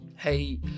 hey